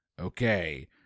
Okay